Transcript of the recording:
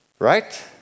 Right